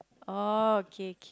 oh okay K